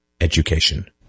education